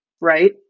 right